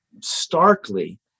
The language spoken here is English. starkly